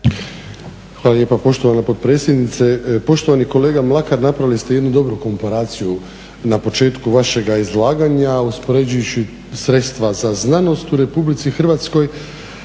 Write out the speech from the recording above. Hvala lijepa poštovana potpredsjednice. Poštovani kolega Mlakar napravili ste jednu dobru komparaciju na početku vašega izlaganja uspoređujući sredstva za znanost u RH i rekli